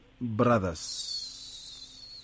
brothers